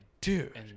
dude